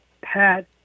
Pat